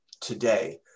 today